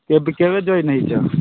କେବେ କେବେ ଜଏନ୍ ହୋଇଛ